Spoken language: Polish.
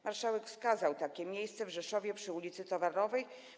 Marszałek wskazał takie miejsce w Rzeszowie przy ul. Towarowej.